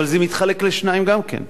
אבל זה מתחלק לשניים גם כן: